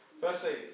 Firstly